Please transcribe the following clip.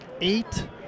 eight